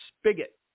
spigot